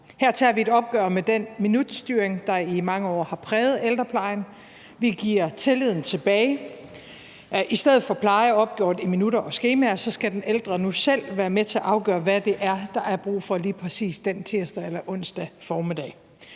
Her tager vi et opgør med den minutstyring, der i mange år har præget ældreplejen. Vi giver tilliden tilbage. I stedet for pleje opgjort i minutter og skemaer skal den ældre nu selv være med til at afgøre, hvad det er, der er brug for lige præcis den tirsdag eller onsdag formiddag.